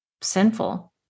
sinful